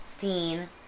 seen